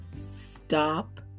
Stop